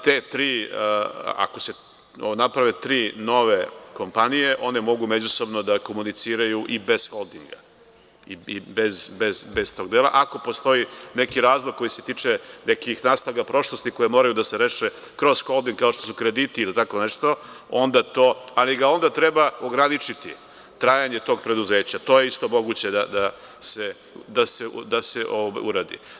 Te tri, ako se naprave tri nove kompanije, one mogu međusobno da komuniciraju i bez holdinga i bez tog dela, ako postoji neki razlog koji se tiče nekih naslaga prošlosti koje moraju da se reše kroz holding, kao što su krediti ili tako nešto, ali ga onda treba ograničiti, trajanje tog preduzeća, to je isto moguće da se uradi.